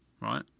Right